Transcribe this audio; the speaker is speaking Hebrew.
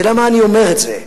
ולמה אני אומר את זה?